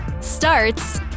starts